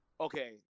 Okay